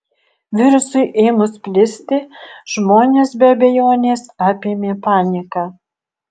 virusui ėmus plisti žmonės be abejonės apėmė panika